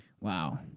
Wow